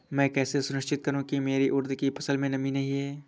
मैं कैसे सुनिश्चित करूँ की मेरी उड़द की फसल में नमी नहीं है?